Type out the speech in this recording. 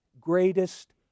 greatest